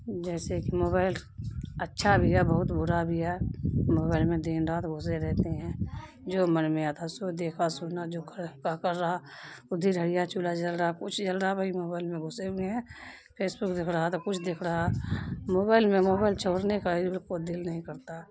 جیسے کہ موبائل اچھا بھی ہے بہت برا بھی ہے موبائل میں دن رات گھسے رہتے ہیں جو من میں آتا سو دیکھا سنا جو کر رہا ادھر ہڑیا چولہا جل رہا کچھ جل رہا بھئی موبائل میں گھسے ہوئے ہیں فیس بک دیکھ رہا تو کچھ دیکھ رہا موبائل میں موبائل چھوڑنے کا ان لوگ کو دل نہیں کرتا